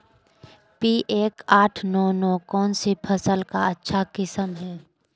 P एक आठ नौ नौ कौन सी फसल का अच्छा किस्म हैं?